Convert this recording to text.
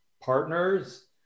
partners